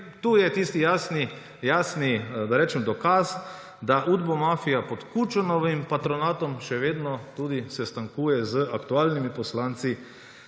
tu je tisti jasni dokaz, da udbomafija pod Kučanovim patronatom še vedno tudi sestankuje z aktualnimi poslanci